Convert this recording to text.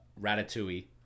Ratatouille